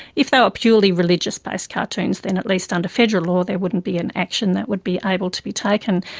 if they were purely religious based cartoons then at least under federal law there wouldn't be an action that would be able to be taken.